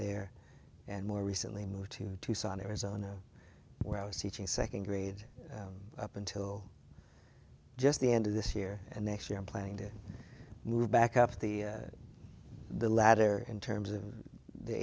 there and more recently moved to tucson arizona where i was teaching second grade up until just the end of this year and next year i'm planning to move back up the ladder in terms of the